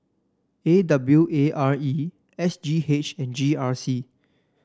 A W A R E S G H and G R C